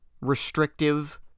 restrictive